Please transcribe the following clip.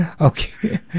okay